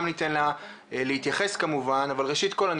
גם ניתן לה להתייחס כמובן אבל ראשית כל אני